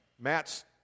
Matt's